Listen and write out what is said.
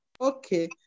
Okay